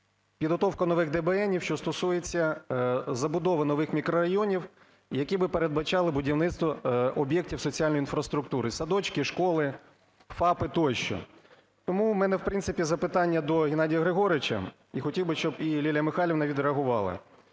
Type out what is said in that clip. підготовка нових ДБНів, що стосується забудови нових мікрорайонів, які би передбачали будівництво об'єктів соціальної інфраструктури: садочки, школи, ФАПи тощо. Тому в мене, в принципі, запитання до Геннадія Григоровича, і хотів би, щоб і Лілія Михайлівна відреагувала.